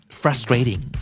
frustrating